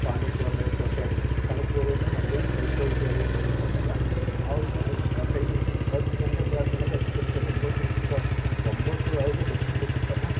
ಪಾಂಡವಪುರ ಮೇಲುಕೋಟೆ ಕನಕಪುರದಿಂದ ಮಂಡ್ಯ ವಿಶ್ವವಿದ್ಯಾಲಯಕ್ಕೆ ಬರ್ಬೇಕು ಅಂದಾಗ ಅವ್ರಿಗೆ ಅಲ್ಲಿ ಆ ಟೈಮಿಂಗ್ಸು ಹತ್ತು ಗಂಟೆಗೆ ಕ್ಲಾಸ್ ಅಂದಾಗ ಹತ್ತು ಗಂಟೆ ಒಂಬತ್ತು ಮುಕ್ಕಾಲು ಒಂಬತ್ತುವರೆಗೆ ಬಸ್ ಸ್ಟ್ಯಾಂಡಗೆ ಬಂದಾಗ